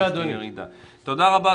תודה רבה,